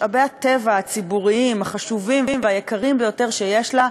משאבי הטבע הציבוריים החשובים והיקרים ביותר שיש לה,